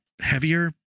heavier